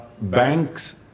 banks